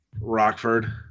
Rockford